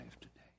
today